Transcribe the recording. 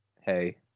hey